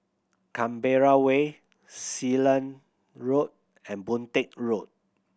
Canberra Way Sealand Road and Boon Teck Road